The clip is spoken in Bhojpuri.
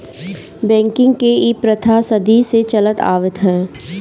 बैंकिंग के इ प्रथा सदी के चलत आवत हवे